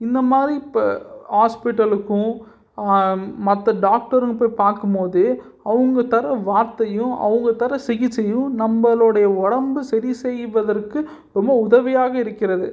இந்த மாதிரி இப்போ ஆஸ்ப்பிட்டலுக்கும் மற்ற டாக்ட்ரும் போய் பார்க்கும் போதே அவங்க தர வார்த்தையும் அவங்க தர சிகிச்சையும் நம்மளோடைய உடம்பு சரி செய்வதற்கு ரொம்ப உதவியாக இருக்கிறது